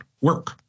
work